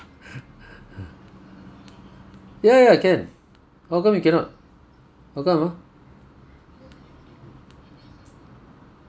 ya ya ya can how come you cannot how come ah